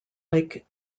lake